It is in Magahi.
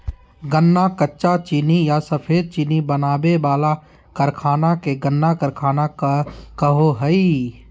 गन्ना कच्चा चीनी या सफेद चीनी बनावे वाला कारखाना के गन्ना कारखाना कहो हइ